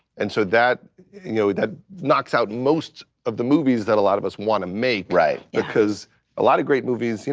and so that you know that knocks out most of the movies that a lot of us want to make because a lot of great movies, you